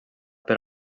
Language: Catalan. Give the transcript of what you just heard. per